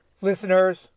Listeners